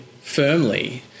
firmly